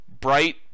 bright